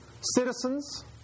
citizens